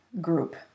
group